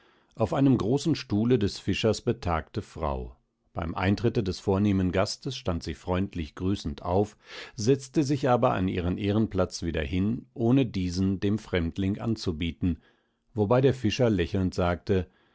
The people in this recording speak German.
auf einem großen stuhle des fischers betagte frau beim eintritte des vornehmen gastes stand sie freundlich grüßend auf setzte sich aber an ihren ehrenplatz wieder hin ohne diesen dem fremdling anzubieten wobei der fischer lächelnd sagte